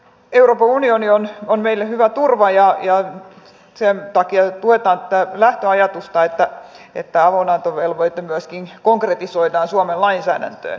euroopan unioni on meille hyvä turva ja sen takia tuetaan tätä lähtöajatusta että avunantovelvoite myöskin konkretisoidaan suomen lainsäädäntöön